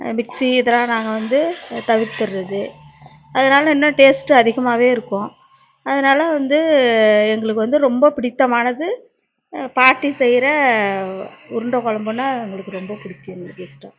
mixie இதெலாம் நாங்கள் வந்து தவிர்த்துறது அதனால இன்னும் டேஸ்ட் அதிகமாவே இருக்கும் அதனால வந்து எங்களுக்கு வந்து ரொம்ப பிடித்தமானது பாட்டி செய்யுற உருண்டை குழம்புனா எங்களுக்கு ரொம்ப பிடிக்கும் எங்களுக்கு இஷ்டம்